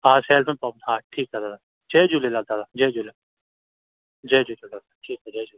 हा हा ठीकु आहे दादा जय झूलेलाल दादा जय झूलेलाल जय झूलेलाल ठीकु आहे जय झूलेलाल